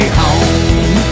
home